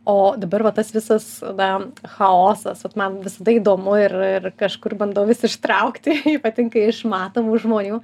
o dabar va tas visas na chaosas vat man visada įdomu ir ir kažkur bandau vis ištraukti ypatingai iš matomų žmonių